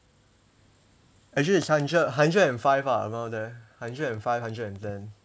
actually it's hundred hundred and five ah around there hundred and five hundred and ten